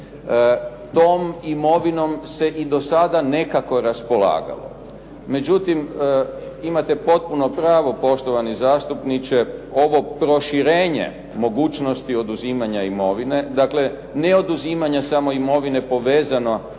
Tom imovinom se i do sada nekako raspolagalo. Međutim, imate potpuno pravo poštovani zastupniče ovo proširenje mogućnosti oduzimanja imovine, dakle ne oduzimanja samo imovine povezano